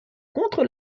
contre